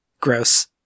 gross